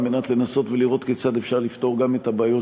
כדי לנסות לראות כיצד אפשר לפתור גם את הבעיות